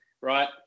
right